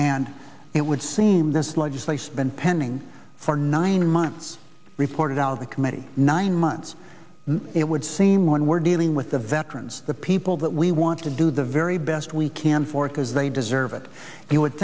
and it would seem this legislation been pending for nine months reported out of the committee nine months it would seem when we're dealing with the veterans the people that we want to do the very best we can for it because they deserve it if you would